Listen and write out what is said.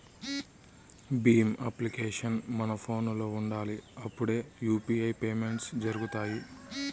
Bhim application మన ఫోనులో ఉండాలి అప్పుడే యూ.పీ.ఐ పేమెంట్స్ జరుగుతాయి